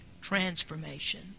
transformation